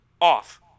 Off